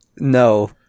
No